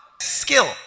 skill